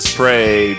pray